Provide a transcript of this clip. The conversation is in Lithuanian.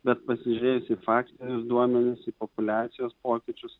bet pasižiūrėjus į faktinius duomenis į populiacijos pokyčius